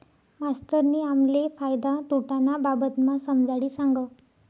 मास्तरनी आम्हले फायदा तोटाना बाबतमा समजाडी सांगं